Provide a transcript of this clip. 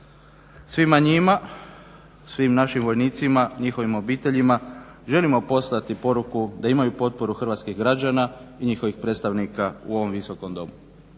Svima njima, svim našim vojnicima i njihovim obiteljima želimo poslati poruku da imaju potporu hrvatskih građana i njihovih predstavnika u ovom Visokom Domu.